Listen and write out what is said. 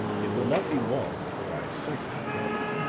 it will not be long before i sight it again.